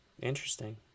Interesting